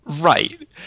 Right